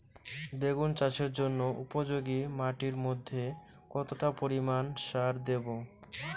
বেগুন চাষের জন্য উপযোগী মাটির মধ্যে কতটা পরিমান সার দেব?